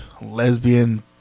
lesbian